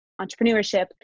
entrepreneurship